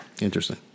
Interesting